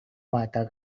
marta